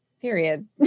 Period